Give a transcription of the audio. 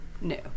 No